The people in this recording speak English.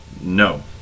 no